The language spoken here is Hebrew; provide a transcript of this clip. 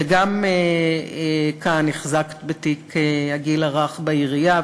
וגם כאן החזקת בתיק הגיל הרך בעירייה,